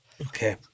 okay